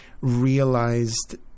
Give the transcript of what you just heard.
realized